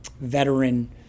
veteran